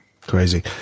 Crazy